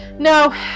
No